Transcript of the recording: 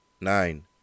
nine